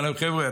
אמר להם: חבר'ה,